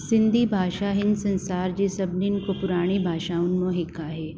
सिंधी भाषा हिन संसार जी सभिनीनि को पुराणी भाषाउनि मां हिकु आहे